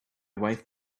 wife